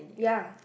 ya